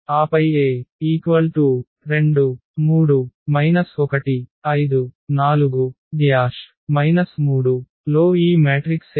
ఆపై A 2 3 1 5 4 3 లో ఈ మ్యాట్రిక్స్ A